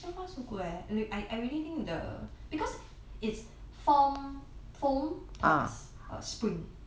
so far so good eh I I really think the because it's form foam plus spring